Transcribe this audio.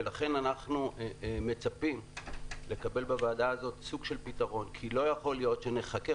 לכן אנחנו מצפים לקבל בוועדה הזאת סוג של פתרון כי לא יכול להיות שנחכה